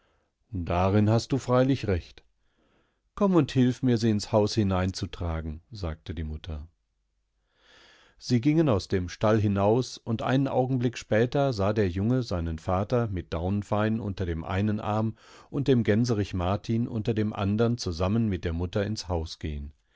darin hast du freilich recht komm und hilf mir sie ins haus hineinzutragen sagtediemutter siegingenausdemstallhinaus undeinenaugenblickspätersahderjunge seinen vater mit daunfein unter dem einen arm und dem gänserich martin unter dem andern zusammen mit der mutter ins haus gehen